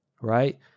right